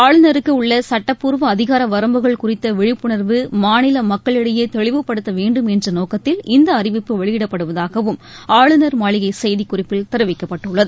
ஆளுநருக்கு உள்ள சுட்டப்பூர்வ அதிகார வரம்புகள் குறித்த விழிப்புணர்வு மாநில மக்களிடையே தெளிவுபடுத்த வேண்டும் என்ற நோக்கத்தில் இந்த அறிவிப்பு வெளியிடப்படுவதாகவும் ஆளுநர் மாளிகை செய்திக்குறிப்பில் தெரிவிக்கப்பட்டுள்ளது